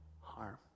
harm